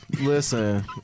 Listen